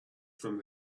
from